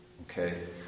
Okay